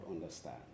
understand